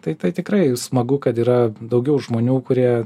tai tai tikrai smagu kad yra daugiau žmonių kurie